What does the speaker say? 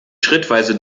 schrittweise